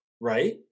right